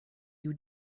you